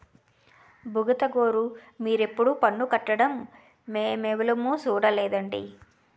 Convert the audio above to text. బుగతగోరూ మీరెప్పుడూ పన్ను కట్టడం మేమెవులుమూ సూడలేదండి